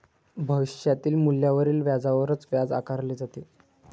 भविष्यातील मूल्यावरील व्याजावरच व्याज आकारले जाते